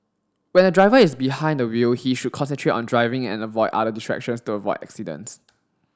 when a driver is behind the wheel he should concentrate on driving and avoid other distractions to avoid accidents